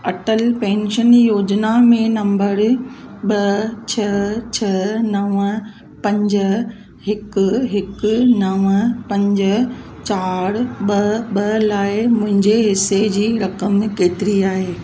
Atal pension योजनाउनि में number ॿ छह छह नव पंज हिकु हिकु नव पंज चार ॿ ॿ लाइ मुंहिंजे हिसे जी रक़म केतिरी आहे